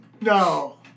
No